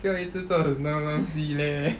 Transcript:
不要一直做很多东西 leh